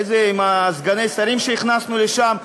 עם סגני השרים שהכנסנו לשם,